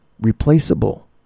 replaceable